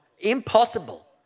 Impossible